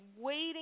waiting